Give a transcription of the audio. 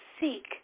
seek